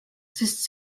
sest